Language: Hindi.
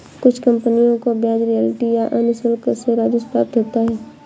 कुछ कंपनियों को ब्याज रॉयल्टी या अन्य शुल्क से राजस्व प्राप्त होता है